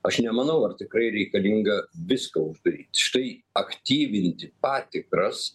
aš nemanau ar tikrai reikalinga viską uždaryti štai aktyvinti patikras